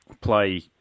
play